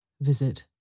Visit